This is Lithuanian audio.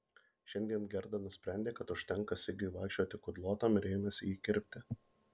šiandien gerda nusprendė kad užtenka sigiui vaikščioti kudlotam ir ėmėsi jį kirpti